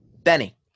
Benny